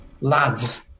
lads